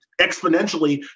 exponentially